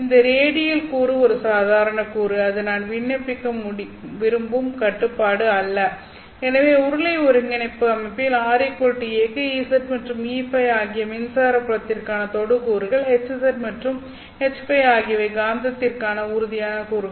இந்த ரேடியல் கூறு ஒரு சாதாரண கூறு அது நான் விண்ணப்பிக்க விரும்பும் கட்டுப்பாடு அல்ல எனவே உருளை ஒருங்கிணைப்பு அமைப்பில் ra க்கு Ez மற்றும் EØ ஆகியவை மின்சார புலத்திற்கான தொடு கூறுகள் Hz மற்றும் HØ ஆகியவை காந்தத்திற்கான உறுதியான கூறுகள்